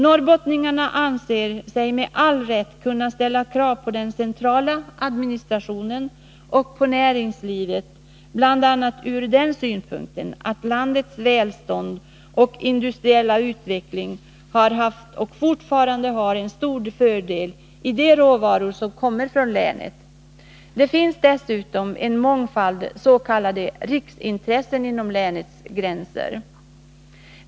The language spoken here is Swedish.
Norrbottningarna anser sig med all rätt kunna ställa krav på den centrala administrationen och på näringslivet, bl.a. på grund av att landets välstånd och industriella utveckling har haft och fortfarande har stor fördel av de råvaror som kommer från länet. Det finns dessutom en mångfald s.k. riksintressen inom länets gränser.